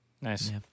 Nice